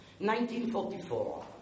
1944